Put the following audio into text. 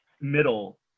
middle